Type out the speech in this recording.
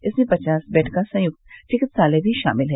इसमें पचास बेड का संयुक्त चिकित्सालय भी शामिल है